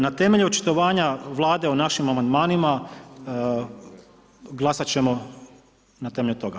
Na temelju očitovanja Vlade o našim amandmanima glasat ćemo na temelju toga.